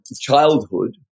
childhood